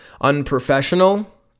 unprofessional